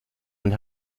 und